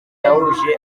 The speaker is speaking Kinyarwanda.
yahuje